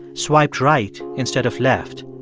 swiped right instead of left,